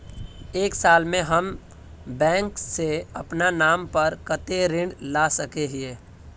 एक साल में हम बैंक से अपना नाम पर कते ऋण ला सके हिय?